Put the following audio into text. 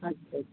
আচ্ছা